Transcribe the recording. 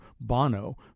Bono